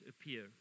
appear